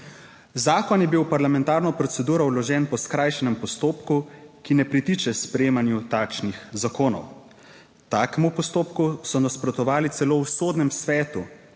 Zakon je bil v parlamentarno proceduro vložen po skrajšanem postopku, ki ne pritiče sprejemanju takšnih zakonov. Takemu postopku so nasprotovali celo v Sodnem svetu,